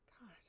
God